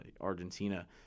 Argentina